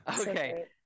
okay